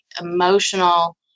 emotional